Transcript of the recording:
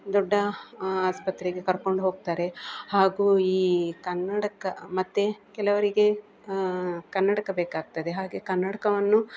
ದೊಡ್ಡ ಆಸ್ಪತೆಗೆ ಕರ್ಕೊಂಡು ಹೋಗ್ತಾರೆ ಹಾಗೂ ಈ ಕನ್ನಡಕ ಮತ್ತೆ ಕೆಲವರಿಗೆ ಕನ್ನಡಕ ಬೇಕಾಗ್ತದೆ ಹಾಗೆ ಕನ್ನಡಕವನ್ನು